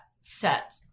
set